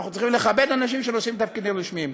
ואנחנו צריכים לכבד אנשים שנושאים תפקידים רשמיים.